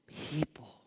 people